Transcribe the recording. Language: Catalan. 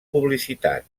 publicitat